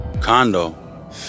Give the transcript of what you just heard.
condo